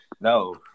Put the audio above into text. No